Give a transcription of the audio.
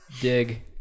dig